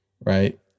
Right